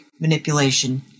manipulation